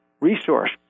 resource